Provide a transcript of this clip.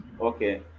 Okay